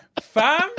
Fam